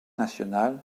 national